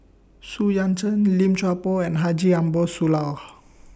Xu Yuan Zhen Lim Chuan Poh and Haji Ambo Sooloh